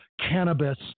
cannabis